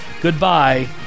goodbye